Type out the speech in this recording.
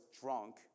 drunk